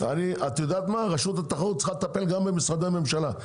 רשות התחרות צריכה לטפל במשרדי ממשלה,